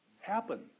happen